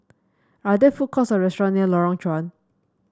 are there food courts or restaurant near Lorong Chuan